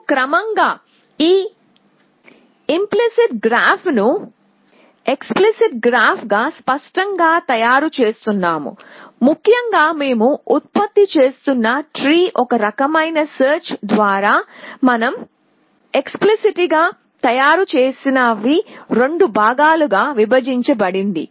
మేము క్రమంగా ఈ ఇంప్లిసిట్ గ్రాఫ్ ను ఎక్స్ ప్లీ సిట్ గ్రాఫ్ గా స్పష్టంగా తయారు చేస్తున్నాము ముఖ్యంగా మేము ఉత్పత్తి చేస్తున్న ట్రీ ఒక రకమైన సెర్చ్ ద్వారా మనం ఎక్స్ ప్లీ సిట్ గా తయారుచేసినవి రెండు భాగాలుగా విభజించ బడింది